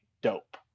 dope